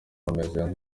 meze